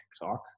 TikTok